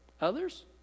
others